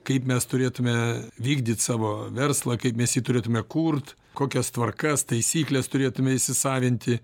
kaip mes turėtume vykdyt savo verslą kaip mes jį turėtume kurt kokias tvarkas taisykles turėtume įsisavinti